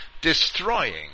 destroying